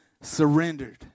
surrendered